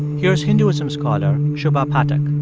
here's hinduism scholar shubha pathak